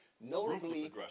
Notably